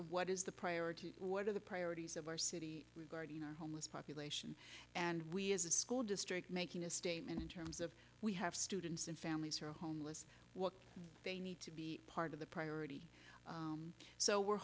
of what is the priority what are the priorities of our city regard you know homes population and we as a school district making a statement in terms of we have students and families who are homeless what they need to be part of the priority so we're